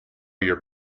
your